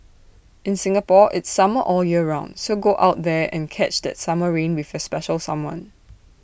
in Singapore it's summer all year round so go out there and catch that summer rain with special someone